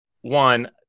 one